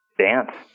dance